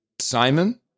simon